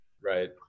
Right